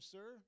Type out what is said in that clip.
Sir